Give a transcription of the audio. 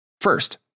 First